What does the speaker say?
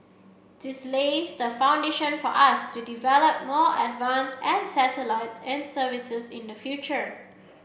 this lays the foundation for us to develop more advanced satellites and services in the future